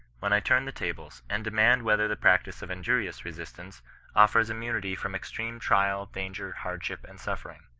when i turn the tables, and de mand whether the practice of injurious resistance oflfers immunity from extreme trial, danger, hardship, and suf fering?